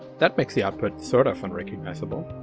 that makes the output sort of unrecognizable.